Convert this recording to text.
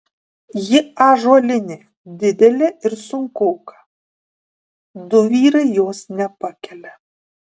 ji ąžuolinė didelė ir sunkoka du vyrai jos nepakelia